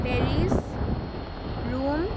Paris Rome